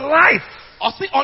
life